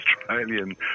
Australian